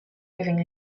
giving